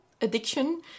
addiction